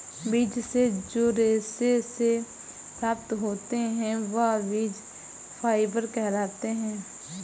बीज से जो रेशे से प्राप्त होते हैं वह बीज फाइबर कहलाते हैं